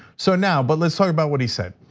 so now, but let's talk about what he's saying.